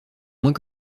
moins